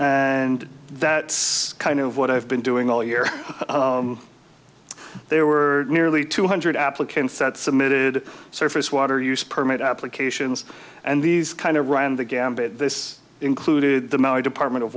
and that kind of what i've been doing all year there were nearly two hundred applicants that submitted surface water use permit applications and these kind of ran the gambit this included the department of